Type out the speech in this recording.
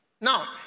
now